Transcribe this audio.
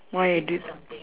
why I did